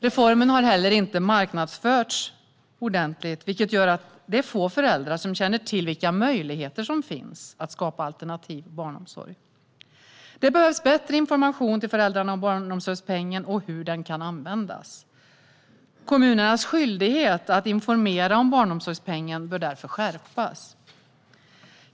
Reformen har inte heller marknadsförts ordentligt, vilket gör att det är få föräldrar som känner till vilka möjligheter som finns att skapa alternativ barnomsorg. Det behövs bättre information till föräldrarna om barnomsorgspengen och hur den kan användas. Kommunernas skyldighet att informera om barnomsorgspengen bör därför skärpas.